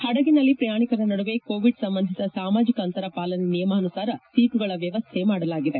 ಹಡಗಿನಲ್ಲಿ ಪ್ರಯಾಣಿಕರ ನಡುವೆ ಕೋವಿಡ್ ಸಂಬಂಧಿತ ಸಾಮಾಜಿಕ ಅಂತರ ಪಾಲನೆ ನಿಯಮಾನುಸಾರ ಸೀಟುಗಳ ವ್ಕವಸ್ಥೆ ಮಾಡಲಾಗಿದೆ